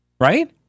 right